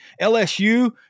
lsu